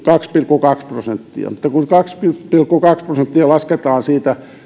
kaksi pilkku kaksi prosenttia mutta kun kaksi pilkku kaksi prosenttia lasketaan siitä